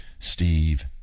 Steve